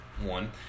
one